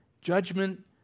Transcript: judgment